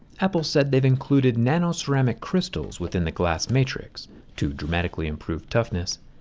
apple said they've included nano-ceramic crystals within the glass matrix to dramatically improve toughness.